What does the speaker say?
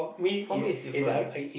for me is different